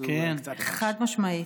חד-משמעית.